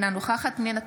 אינה נוכחת פנינה תמנו,